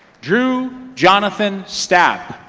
drew jonathan stamp.